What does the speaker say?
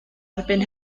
erbyn